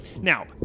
Now